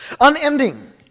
Unending